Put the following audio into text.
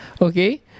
okay